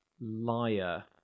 liar